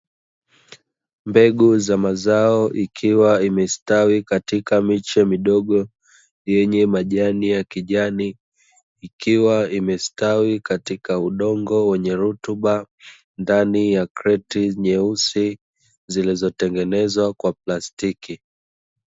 Mbegu za mazao ikiwa imestawi katika miche midogo yenye majani ya kijani, ikiwa imestawi katika udongo wenye rutuba ndani ya kreti nyeusi zilizotengenezwa kwa plastiki.